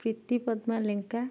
Preeti Padma Lenka